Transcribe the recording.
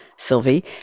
Sylvie